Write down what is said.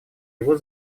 его